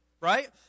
Right